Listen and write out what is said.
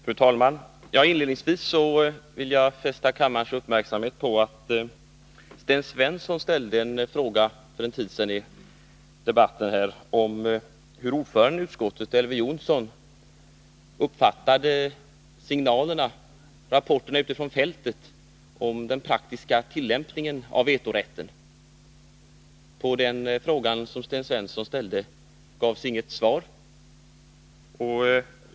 Fru talman! Inledningsvis vill jag fästa kammarens uppmärksamhet på att Sten Svensson för en tid sedan ställde en fråga i debatten här om hur utskottsordföranden Elver Jonsson uppfattade rapporterna utifrån fältet om den praktiska tillämpningen av vetorätten. På den frågan gavs inget svar.